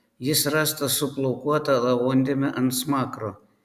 jis rastas su plaukuota lavondėme ant smakro